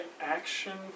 action